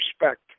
respect